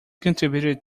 contributed